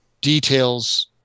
details